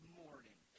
morning